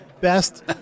Best